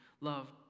love